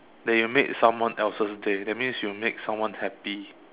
that you made someone else's day that means you make someone happy